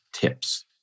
tips